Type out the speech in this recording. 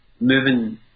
moving